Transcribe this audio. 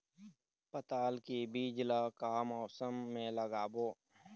पताल के बीज ला का मौसम मे लगाबो?